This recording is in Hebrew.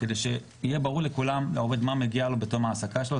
כדי שיהיה ברור לכולם ולעובד מה מגיע לו בתום ההעסקה שלו,